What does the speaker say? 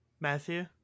Matthew